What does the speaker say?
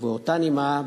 ובאותה נימה,